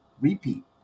Repeat